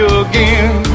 again